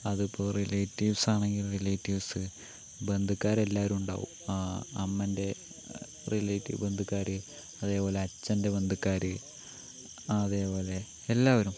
അതിപ്പോൾ റിലേറ്റീവ്സാണെങ്കിലും റിലേറ്റീവ്സ് ബന്ധുക്കാരെല്ലാവരും ഉണ്ടാവും ആ അമ്മേന്റെ റിലേറ്റീവ് ബന്ധക്കാർ അതുപോലെ അച്ഛന്റെ ബന്ധക്കാർ അതേപോലെ എല്ലാവരും